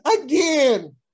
again